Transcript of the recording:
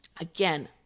Again